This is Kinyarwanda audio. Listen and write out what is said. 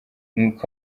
com